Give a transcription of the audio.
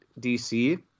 DC